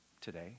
today